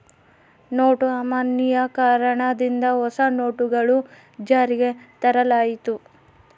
note ಅಮಾನ್ಯೀಕರಣ ದಿಂದ ಹೊಸ ನೋಟುಗಳು ಜಾರಿಗೆ ತರಲಾಯಿತು